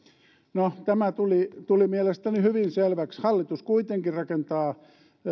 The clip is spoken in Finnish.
no tämä tuli tuli mielestäni hyvin selväksi hallitus kuitenkin rakentaa